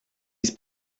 ist